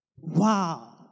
Wow